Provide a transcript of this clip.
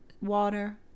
water